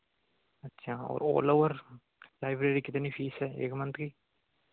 अच्छा और all over library कितनी फीस है एक मंथ की